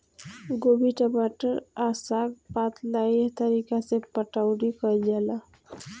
गोभी, टमाटर आ साग पात ला एह तरीका से पटाउनी कईल जाला